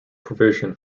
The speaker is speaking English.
provision